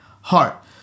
heart